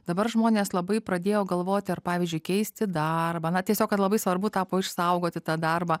dabar žmonės labai pradėjo galvoti ar pavyzdžiui keisti darbą na tiesiog kad labai svarbu tapo išsaugoti tą darbą